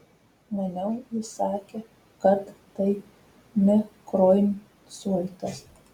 maniau jis sakė kad tai mikroinsultas